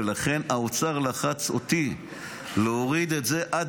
לכן האוצר לחץ אותי להוריד את הפטור עד